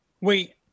Wait